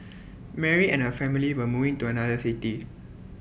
Mary and her family were moving to another city